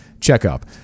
checkup